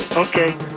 Okay